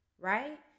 right